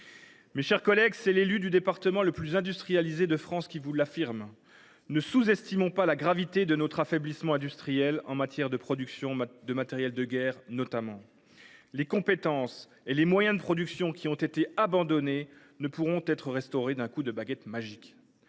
Très bien ! C’est l’élu du département le plus industrialisé de France qui vous le dit : ne sous estimons pas la gravité de notre affaiblissement industriel en matière de production de matériel de guerre, entre autres. Les compétences et les moyens de production qui ont été abandonnés ne pourront être restaurés d’un coup de baguette magique.